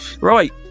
Right